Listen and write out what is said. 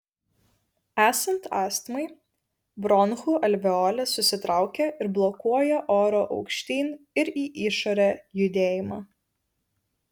esant astmai bronchų alveolės susitraukia ir blokuoja oro aukštyn ir į išorę judėjimą